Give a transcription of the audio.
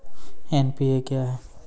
NPA क्या हैं?